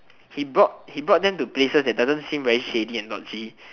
he brought he brought them to places that doesn't seem very shady and noisy